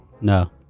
No